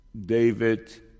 David